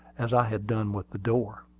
as i had done with the door.